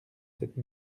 cette